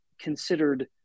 considered